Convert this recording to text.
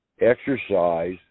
exercise